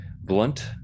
blunt